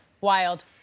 Wild